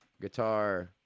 guitar